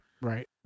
Right